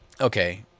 Okay